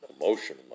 emotion